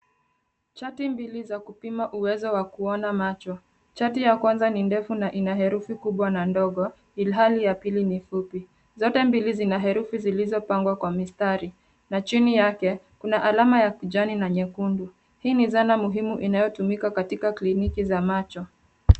Chati mbili za kupima uwezo wa kuona macho. Chati ya kwanza ni ndefu na ina herufi kubwa na ndogo ilhali ya pili ni fupi. Zote mbili zina herufi zilizopangwa kwa mistari na chini yake kuna alama ya kijani na nyekundu. Hii ni zana muhimu inayotumika katika kliniki za macho.